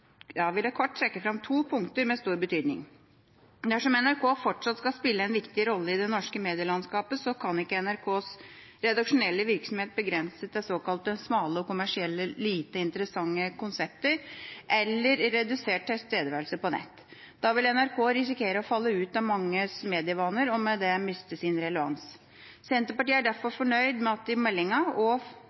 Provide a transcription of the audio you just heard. det norske medielandsskapet, kan ikke NRKs redaksjonelle virksomhet begrenses til såkalt smale og kommersielt lite interessante konsepter eller redusert tilstedeværelse på Internett. Da vil NRK risikere å falle ut av manges medievaner og med det miste sin relevans. Senterpartiet er derfor fornøyd med at det i meldinga, og